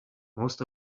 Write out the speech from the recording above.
most